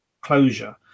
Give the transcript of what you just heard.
closure